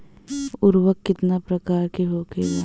उर्वरक कितना प्रकार के होखेला?